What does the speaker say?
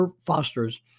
fosters